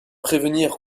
prévenir